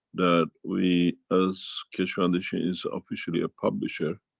that we, as keshe foundation is officially a publisher,